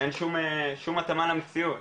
אין שום התאמה למציאות